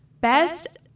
best